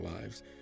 lives